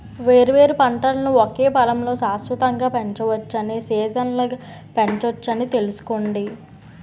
వేర్వేరు పంటలను ఒకే పొలంలో శాశ్వతంగా పెంచవచ్చని, సీజనల్గా పెంచొచ్చని తెలుసుకోండి